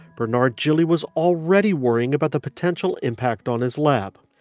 bernard jilly was already worrying about the potential impact on his lab.